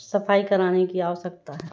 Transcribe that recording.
सफाई कराने की आवश्यकता है